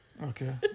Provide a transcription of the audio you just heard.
Okay